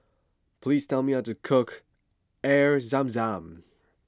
please tell me how to cook Air Zam Zam